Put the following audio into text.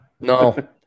No